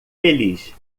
feliz